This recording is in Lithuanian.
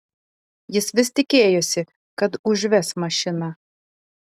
jis vis tikėjosi kad užves mašiną